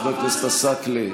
חבר הכנסת עסאקלה,